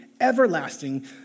everlasting